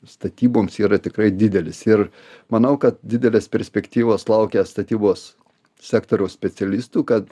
statyboms yra tikrai didelis ir manau kad didelės perspektyvos laukia statybos sektoriaus specialistų kad